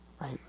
right